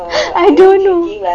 I don't know